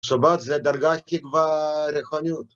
שבת זה דרגת קרבה רוחנית.